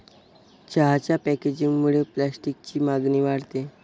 चहाच्या पॅकेजिंगमुळे प्लास्टिकची मागणी वाढते